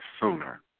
sooner